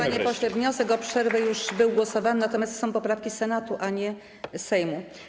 Panie pośle, wniosek o przerwę już był głosowany, natomiast to są poprawki Senatu, a nie Sejmu.